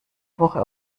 woche